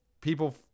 people